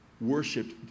worshipped